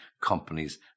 companies